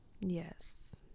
Yes